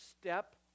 step